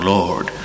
Lord